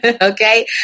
Okay